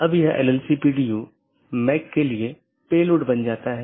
इन विशेषताओं को अनदेखा किया जा सकता है और पारित नहीं किया जा सकता है